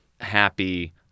happy